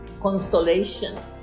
consolation